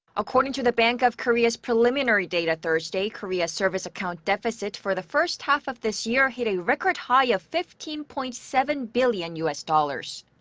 according to the bank of korea's preliminary data thursday, korea's service account deficit for the first half of this year hit a record high of fifteen point seven billion u s. dollars.